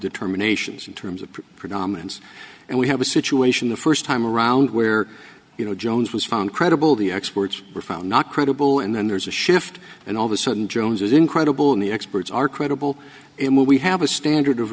determinations in terms of predominance and we have a situation the first time around where you know jones was found credible the experts were found not credible and then there's a shift and all the sudden jones was incredible in the experts are credible when we have a standard of